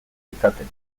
izaten